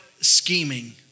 scheming